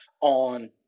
on